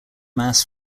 mass